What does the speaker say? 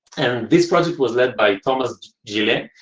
and this project was led by thomas gile, and